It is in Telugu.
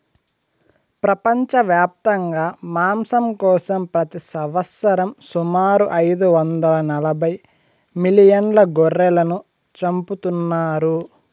ప్రపంచవ్యాప్తంగా మాంసం కోసం ప్రతి సంవత్సరం సుమారు ఐదు వందల నలబై మిలియన్ల గొర్రెలను చంపుతున్నారు